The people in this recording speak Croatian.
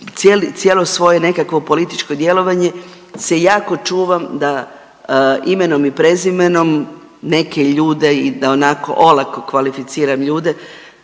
cijelo svoje nekakvo političko djelovanje se jako čuvam da imenom i prezimenom neke ljude i da onako olako kvalificiram ljude,